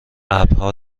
ابرها